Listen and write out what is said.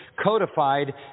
codified